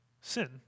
sin